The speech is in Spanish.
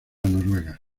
noruega